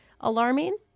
alarming